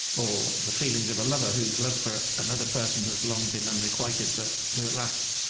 or the feelings of a lover whose love for another person has long been unrequited but who, at last,